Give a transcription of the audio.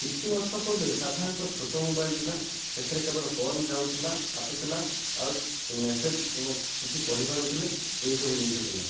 କିଛି ବର୍ଷ ପୂର୍ବେ ସାଧାରଣତଃ ଛୋଟ ମୋବାଇଲ୍ ଥିଲା ସେଥିରେ କେବଳ କଲ୍ ଯାଉଥିଲା ଆସୁଥିଲା ଆଉ ମେସେଜ୍ କିଛି ପଢ଼ି ପାରୁଥିଲେ ଏଇ ସବୁ ଜିନିଷ ଥିଲା